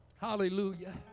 Hallelujah